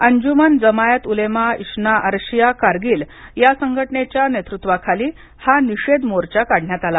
अंजुमन जमायत उलेमा ईश्रा अर्शिया कारगिल या संघटनेच्या नेतृत्वाखाली हा निषेध मोर्चा काढण्यात आला